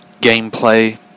gameplay